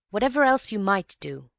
whatever else you might do.